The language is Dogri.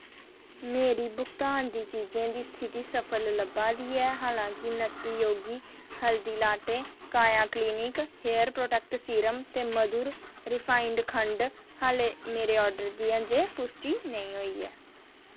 मेरी भुगतान दी चीजें दी स्थिति सफल लब्भा दी ऐ हालां के Nutty Yogi haldi latte Kaya clinic hair protect serum ते मधुर रिफाइंड खंड आह्ले मेरे आर्डर दी अजें पुश्टि नेईं होई ऐ